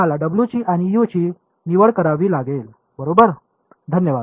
आम्हाला w ची आणि u ची निवड करावी लागेल बरोबर